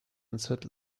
answered